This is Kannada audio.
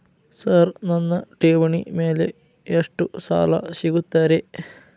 ಸರ್ ನನ್ನ ಠೇವಣಿ ಮೇಲೆ ಎಷ್ಟು ಸಾಲ ಸಿಗುತ್ತೆ ರೇ?